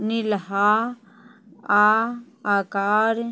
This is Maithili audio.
नीलहा आ आकार